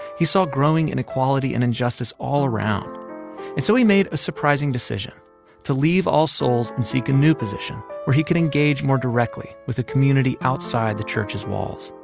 he saw growing inequality and injustice all around and so he made a surprising decision to leave all souls and seek a new position where he could engage more directly with the community outside the church's walls.